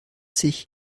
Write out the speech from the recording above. sich